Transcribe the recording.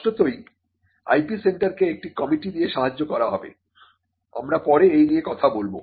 স্পষ্টতই IP সেন্টারকে একটি কমিটি দিয়ে সাহায্য করা হবে আমরা পরে এই নিয়ে বলব